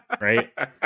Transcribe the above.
Right